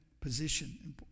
position